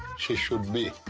she should be.